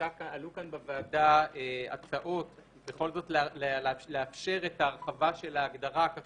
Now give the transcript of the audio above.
עלו כאן בוועדה הצעות בכל זאת לאפשר את ההרחבה של ההגדרה כך